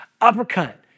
uppercut